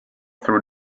through